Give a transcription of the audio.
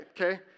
Okay